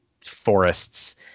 forests